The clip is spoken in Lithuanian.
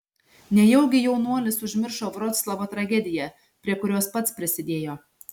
nejaugi jaunuolis užmiršo vroclavo tragediją prie kurios pats prisidėjo